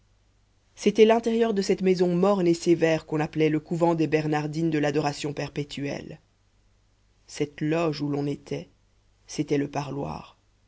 c'était l'intérieur de cette maison morne et sévère qu'on appelait le couvent des bernardines de l'adoration perpétuelle cette loge où l'on était c'était le parloir